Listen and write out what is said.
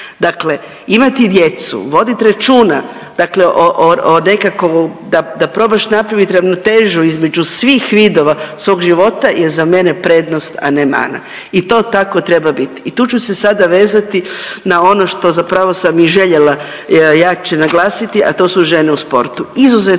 Dakle imati djecu, vodit računa, dakle o, o, o nekakvom, da, da probaš napravit ravnotežu između svih vidova svog života je za mene prednost, a ne mana i to tako treba bit i tu ću se sada vezati na ono što zapravo sam i željela jače naglasiti, a to su žene u sportu. Izuzetno